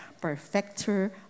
perfecter